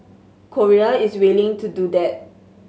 Korea is willing to do that